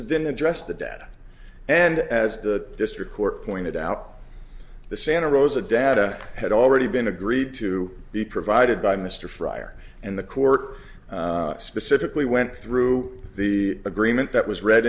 it didn't address the debt and as the district court pointed out the santa rosa data had already been agreed to be provided by mr fryer and the court specifically went through the agreement that was read